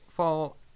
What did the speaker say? Fall